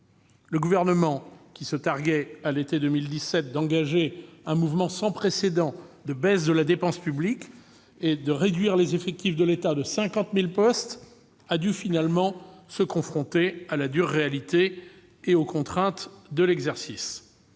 Le Gouvernement, qui se targuait, à l'été 2017, d'engager un mouvement sans précédent de baisse de la dépense publique et de réduire les effectifs de l'État de 50 000 postes a dû finalement se confronter à la dure réalité et aux contraintes de l'exercice.